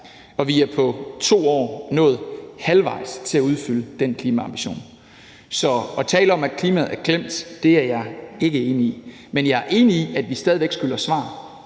og vi er på 2 år nået halvvejs i forhold til at opfylde den klimaambition. Så at tale om, at klimaet er glemt, er jeg ikke enig i, men jeg er enig i, at vi stadig væk skylder svar;